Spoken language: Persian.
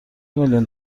میلیون